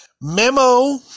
memo